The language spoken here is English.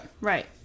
Right